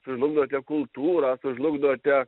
sužlugdote kultūrą sužlugdote